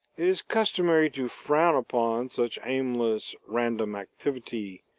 it is customary to frown upon such aimless random activity,